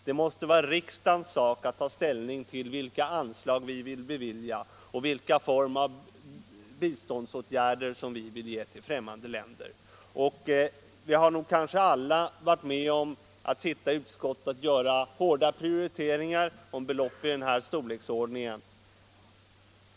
Det måste vara riksdagens sak att ta ställning till vilka anslag som skall ges till främmande länder och vilka former biståndsåtgärderna skall ha. Vi har nog alla varit med om att i något utskott göra hårda prioriteringar av belopp i den här storleksordningen.